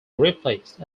replaced